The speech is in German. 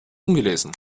ungelesen